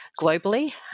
globally